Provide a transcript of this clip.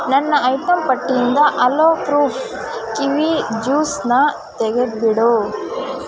ನನ್ನ ಐಟಮ್ ಪಟ್ಟಿಯಿಂದ aloe proof kiwi ಜ್ಯೂಸನ್ನ ತೆಗೆದ್ಬಿಡು